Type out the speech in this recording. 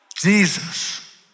Jesus